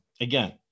again